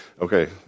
okay